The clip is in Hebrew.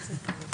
נמחק.